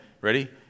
ready